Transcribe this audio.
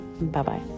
Bye-bye